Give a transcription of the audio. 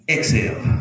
Exhale